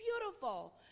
beautiful